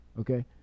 okay